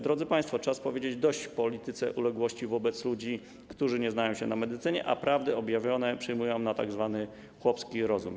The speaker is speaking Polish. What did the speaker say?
Drodzy państwo, czas powiedzieć: dość polityce uległości wobec ludzi, którzy nie znają się na medycynie, a prawdy objawione przyjmują na tzw. chłopski rozum.